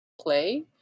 play